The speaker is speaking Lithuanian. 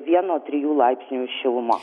vieno trijų laipsnių šiluma